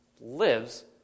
lives